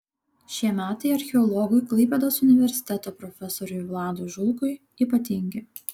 šie metai archeologui klaipėdos universiteto profesoriui vladui žulkui ypatingi